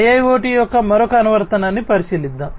IIoT యొక్క మరొక అనువర్తనాన్ని పరిశీలిద్దాం